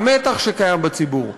המתח שקיים בציבור,